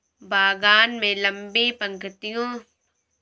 बागान में लंबी पंक्तियों से बीज निकालते है, जो दो तीन फीट अलग होते हैं